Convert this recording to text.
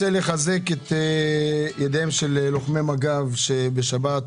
מחזק את ידיהם של לוחמי מג"ב שבשבת